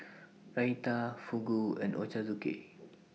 Raita Fugu and Ochazuke